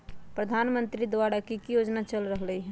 प्रधानमंत्री द्वारा की की योजना चल रहलई ह?